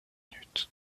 minutes